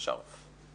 אני